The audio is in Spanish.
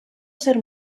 ser